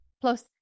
Plus